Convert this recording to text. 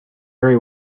very